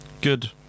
good